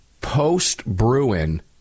post-Bruin